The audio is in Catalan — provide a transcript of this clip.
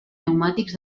pneumàtics